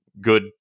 good